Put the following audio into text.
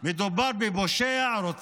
מדובר בפושע, רוצח,